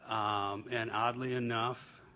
um and oddly enough,